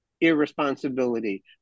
irresponsibility